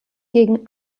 gegen